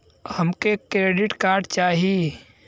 हमके credit card चाही